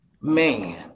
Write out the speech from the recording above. Man